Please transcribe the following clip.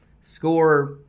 score